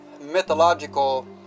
mythological